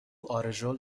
آرژول